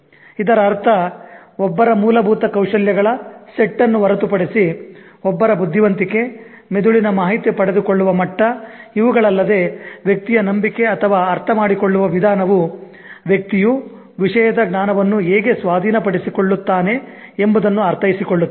ಇದರ ಅರ್ಥ ಒಬ್ಬರ ಮೂಲಭೂತ ಕೌಶಲ್ಯಗಳ ಸೆಟ್ ಅನ್ನು ಹೊರತುಪಡಿಸಿ ಒಬ್ಬರ ಬುದ್ಧಿವಂತಿಕೆ ಮೆದುಳಿನ ಮಾಹಿತಿ ಪಡೆದುಕೊಳ್ಳುವ ಮಟ್ಟ ಇವುಗಳಲ್ಲದೆ ವ್ಯಕ್ತಿಯ ನಂಬಿಕೆ ಅಥವಾ ಅರ್ಥಮಾಡಿಕೊಳ್ಳುವ ವಿಧಾನವು ವ್ಯಕ್ತಿಯು ವಿಷಯದ ಜ್ಞಾನವನ್ನು ಹೇಗೆ ಸ್ವಾಧೀನಪಡಿಸಿಕೊಳ್ಳುತ್ತಾನೆ ಎಂಬುದನ್ನು ಅರ್ಥೈಸಿಕೊಳ್ಳುತ್ತದೆ